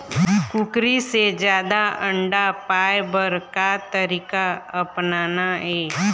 कुकरी से जादा अंडा पाय बर का तरीका अपनाना ये?